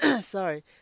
sorry